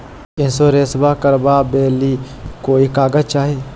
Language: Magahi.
इंसोरेंसबा करबा बे ली कोई कागजों चाही?